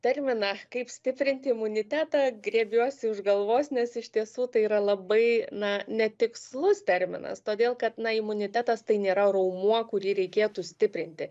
terminą kaip stiprinti imunitetą griebiuosi už galvos nes iš tiesų tai yra labai na netikslus terminas todėl kad na imunitetas tai nėra raumuo kurį reikėtų stiprinti